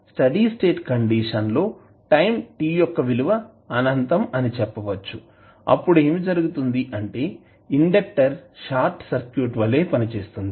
study state condition లో time t యొక్క విలువ అనంతం అని చెప్పవచ్చు అప్పుడు ఏమి జరుగుతుంది అంటే ఇండెక్టర్ షార్ట్ సర్క్యూట్ వలె పనిచేస్తుంది